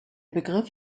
begriff